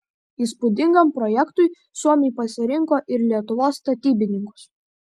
įspūdingam projektui suomiai pasirinko ir lietuvos statybininkus